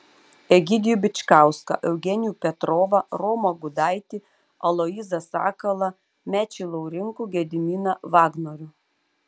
egidijų bičkauską eugenijų petrovą romą gudaitį aloyzą sakalą mečį laurinkų gediminą vagnorių